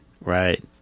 right